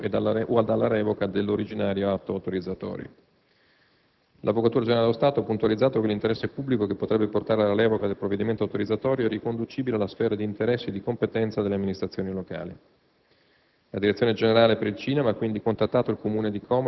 del presupposto dell'interesse pubblico concreto ed attuale all'annullamento o alla revoca dell'originario atto autorizzatore. L'Avvocatura generale dello Stato ha puntualizzato che l'interesse pubblico che potrebbe portare alla revoca del provvedimento autorizzatorio è riconducibile alla sfera di interessi di competenza delle amministrazioni locali.